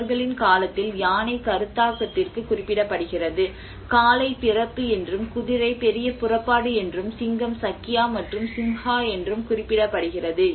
அவர்களின் காலத்தில் யானை கருத்தாக்கத்திற்கு குறிப்பிடப்படுகிறது காளை பிறப்பு என்றும் குதிரை பெரிய புறப்பாடு என்றும் சிங்கம் சக்யா மற்றும் சிம்ஹா என்றும் குறிப்பிடப்படுகிறது